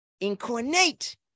Incarnate